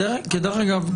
דרך אגב,